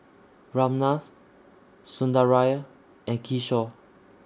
Ramnath Sundaraiah and Kishore